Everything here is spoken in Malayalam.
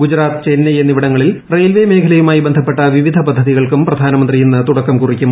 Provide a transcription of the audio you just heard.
ഗുജറാത്ത് ചെന്നൈ എന്നിവിടങ്ങളിൽ റെയിൽവേ മേഖലയുമായി ബന്ധപ്പെട്ട വിവിധ പദ്ധതികൾക്കും പ്രധാനമന്ത്രി ഇന്ന് തുടക്കം കുറിക്കും